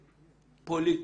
פוליטי,